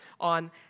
on